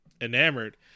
Enamored